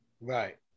Right